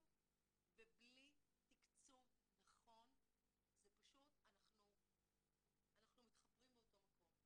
ובלי תקצוב נכון אנחנו מתחפרים באותו מקום.